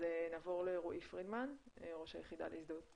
נעבור לרועי פרידמן ראש היחידה להזדהות